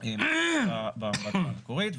בקריאה המקורית.